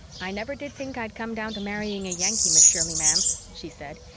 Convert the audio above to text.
i never did think i'd come down to marrying a yankee, miss shirley, ma'am, she said.